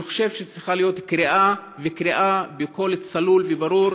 אני חושב שצריכה להיות קריאה בקול צלול וברור,